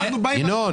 התנועה האסלאמית.